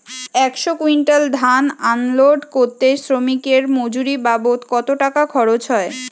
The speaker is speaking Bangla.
একশো কুইন্টাল ধান আনলোড করতে শ্রমিকের মজুরি বাবদ কত টাকা খরচ হয়?